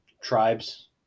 Tribes